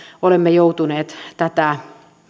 olemme joutuneet tätä